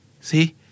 See